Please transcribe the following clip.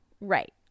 right